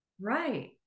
Right